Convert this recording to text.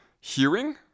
hearing